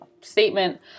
statement